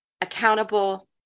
accountable